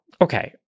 Okay